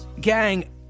Gang